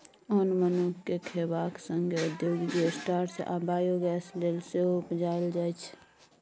ओन मनुख केँ खेबाक संगे औद्योगिक स्टार्च आ बायोगैस लेल सेहो उपजाएल जाइ छै